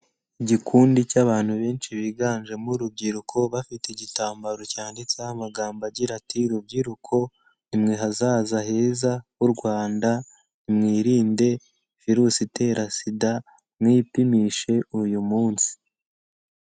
Igikundi cy'abantu benshi biganjemo urubyiruko, bafite igitambaro cyanditseho amagambo agira ati" rubyiruko ni mwe hazaza heza h'u Rwanda mwirinde virusi itera SIDA, mwipimishe uyu munsi."